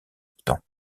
temps